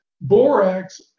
borax